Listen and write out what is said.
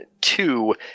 two